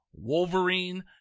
Wolverine